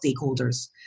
stakeholders